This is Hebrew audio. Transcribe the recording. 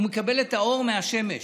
הוא מקבל את האור מהשמש,